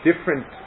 different